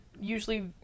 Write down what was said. usually